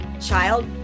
child